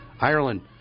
Ireland